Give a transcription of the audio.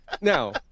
Now